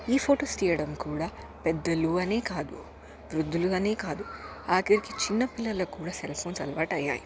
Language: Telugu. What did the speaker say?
ఈ ఫొటోస్ తీయడం కూడా పెద్దలు అనే కాదు వృద్ధులు అనే కాదు ఆఖరికి చిన్న పిల్లలు కూడా సెల్ఫోన్స్ అలవాటు అయ్యాయి